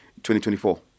2024